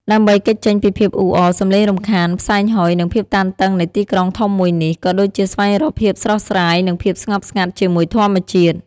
ដើម្បីគេចចេញពីភាពអ៊ូអរ សំឡេងរំខាន ផ្សែងហុយ និងភាពតានតឹងនៃទីក្រុងធំមួយនេះ ក៏ដូចជាស្វែងរកភាពស្រស់ស្រាយនិងភាពស្ងប់ស្ងាត់ជាមួយធម្មជាតិ។